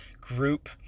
group